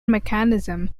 mechanism